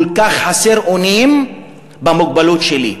כל כך חסר אונים במוגבלות שלי,